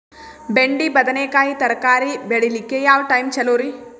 ಬೆಂಡಿ ಬದನೆಕಾಯಿ ತರಕಾರಿ ಬೇಳಿಲಿಕ್ಕೆ ಯಾವ ಟೈಮ್ ಚಲೋರಿ?